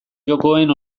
jokoen